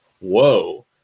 whoa